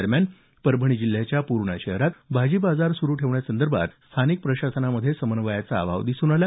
दरम्यान परभणी जिल्ह्याच्या पूर्णा शहरात भाजी बाजार सुरु ठेवण्यासंदर्भात स्थानिक प्रशासनामध्येच समन्वयाचा अभाव दिसून आला